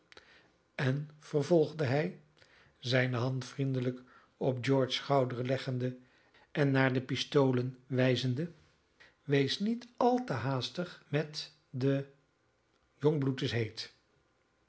en vervolgde hij zijne hand vriendelijk op george's schouder leggende en naar de pistolen wijzende wees niet al te haastig met de jong bloed is heet